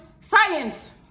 science